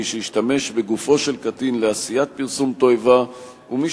מי שהשתמש בגופו של קטין לעשיית פרסום תועבה ומי